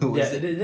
oh was it